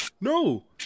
No